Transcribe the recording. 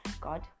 god